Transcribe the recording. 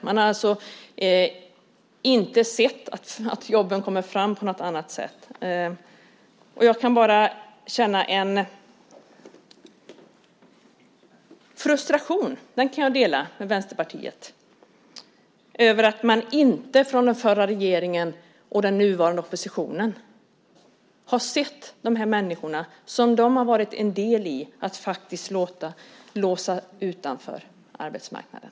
Man har inte sett att jobben kommer fram på annat sätt. Jag kan bara känna en frustration - den kan jag alltså dela med Vänsterpartiet - över att man från den förra regeringen och den nuvarande oppositionen inte har sett de människor som man varit en del i att låsa utanför arbetsmarknaden.